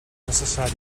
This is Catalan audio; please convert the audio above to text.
necessari